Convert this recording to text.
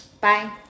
Bye